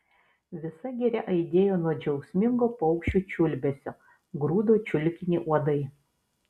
visa giria aidėjo nuo džiaugsmingo paukščių čiulbesio grūdo čiulkinį uodai